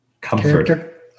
comfort